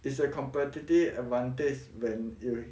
is a competitive advantage when you